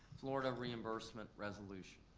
florida reimbursement resolution.